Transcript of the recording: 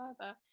further